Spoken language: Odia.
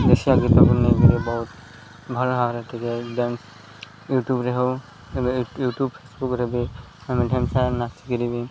ଦେଶୀଆ ଗୀତକୁ ନେଇକିରି ବହୁତ ଭଲ ଭାବରେ ଟିକେ ଡ୍ୟାନ୍ସ ୟୁଟ୍ୟୁବ୍ରେ ହଉ ଏବେ ୟୁଟ୍ୟୁବ୍ ଫେସବୁକ୍ରେ ବି ଆମେ ଢେମ୍ସା ନାଚିକିରି ବି